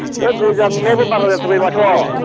बे गोजांनायाबो बारा जाथारबाय माथो